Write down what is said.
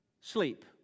sleep